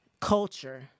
culture